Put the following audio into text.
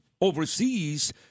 overseas